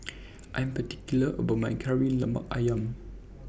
I Am particular about My Kari Lemak Ayam